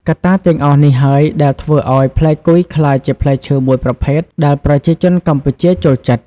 កត្តាទាំងអស់នេះហើយដែលធ្វើឱ្យផ្លែគុយក្លាយជាផ្លែឈើមួយប្រភេទដែលប្រជាជនកម្ពុជាចូលចិត្ត។